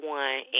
one